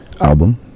album